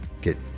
Get